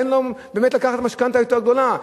תן לו באמת לקחת משכנתה יותר גדולה,